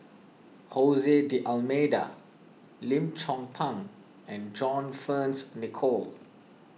Jose D'Almeida Lim Chong Pang and John Fearns Nicoll